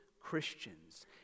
Christians